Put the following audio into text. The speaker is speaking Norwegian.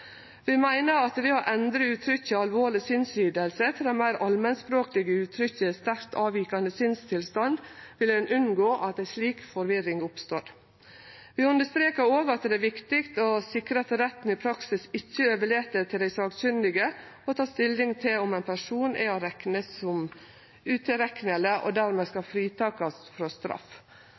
Vi meiner at ved å endre uttrykket «alvorlig sinnslidelse» til det meir allmennspråklege uttrykket «sterkt avvikende sinnstilstand» vil ein unngå at ei slik forvirring oppstår. Vi understrekar òg at det er viktig å sikre at retten i praksis ikkje overlèt til dei sakkunnige å ta stilling til om ein person er å rekne som utilrekneleg og dermed skal fritakast frå straff.